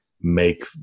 make